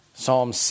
Psalm